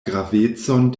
gravecon